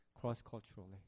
cross-culturally